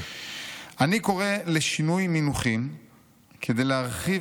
"אני קורא לשינוי מינוחים כדי להרחיב